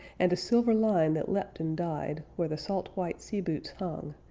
and a silver line that leapt and died where the salt-white sea-boots hung,